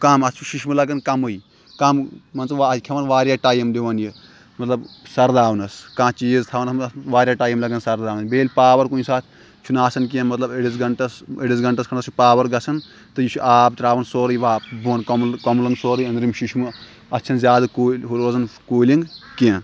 کَم اَتھ چھُ شِشُر لَگان کَمٕے کم مان ژٕ کھٮ۪وان یِہ چھ کھٮ۪وان واریاہ ٹایِم دِوان یِہ مطلب سَرداونَس کانٛہہ چیٖز تَھاونَس منٛز اَتھ منٛز واریاہ ٹایِم لَگان سَرداونَس بیٚیِہ ییٚلِہ پاوَر کُنہِ ساتہٕ چھُ نہٕ آسان کینٛہہ مطلب أڈِس گنٹَس أڈِس گنٹَس کَھنڈَس چھُ پاوَر گَژھان تہٕ یہِ چھُ آب ترٛاوان سورُے واپ بوٚن کۄم کملن سورُے أنٛدرِم شِشُر اَتھ چھِ نہٕ زیادٕ کوٗل ہُہ روزان کوٗلِنٛگ کینٛہہ